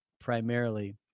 primarily